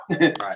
right